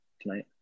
tonight